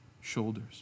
shoulders